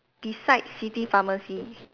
beside city pharmacy